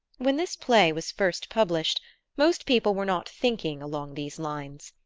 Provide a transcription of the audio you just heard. when this play was first published most people were not thinking along these lines.